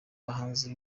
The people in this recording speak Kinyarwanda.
bahanzi